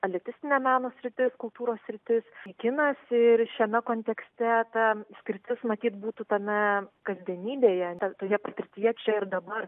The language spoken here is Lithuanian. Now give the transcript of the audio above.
elitistinė meno sritis kultūros sritis kinas ir šiame kontekste ta skirtis matyt būtų tame kasdienybėje nes toje patirtyje čia ir dabar